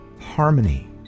harmony